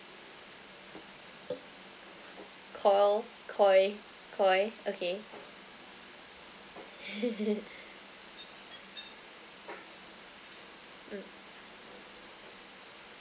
Koi Koi Koi okay mm